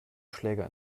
schläger